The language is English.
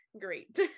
great